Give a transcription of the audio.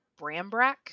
Brambrack